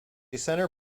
centre